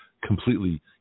completely